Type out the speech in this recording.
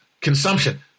consumption